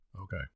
Okay